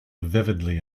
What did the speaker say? vividly